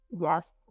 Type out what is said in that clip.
Yes